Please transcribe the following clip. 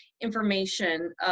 information